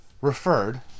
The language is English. referred